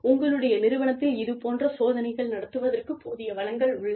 உங்களுடைய நிறுவனத்தில் இதுபோன்ற சோதனைகள் நடத்துவதற்கு போதிய வளங்கள் உள்ளதா